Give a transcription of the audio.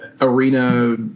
arena